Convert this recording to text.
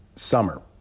Summer